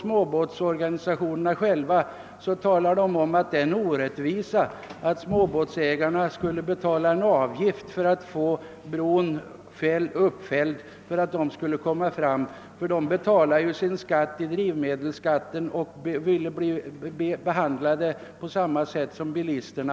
Småbåtsorganisationerna själva skriver emellertid i ett yttrande, att det är en orättvisa att småbåtsägarna skall betala en avgift för att få bron uppfälld — de betalar drivmedelsskatt och vill bli behandlade på samma sätt som bilisterna.